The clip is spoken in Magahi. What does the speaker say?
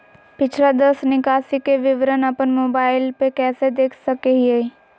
पिछला दस निकासी के विवरण अपन मोबाईल पे कैसे देख सके हियई?